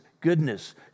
goodness